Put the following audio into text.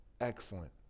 excellent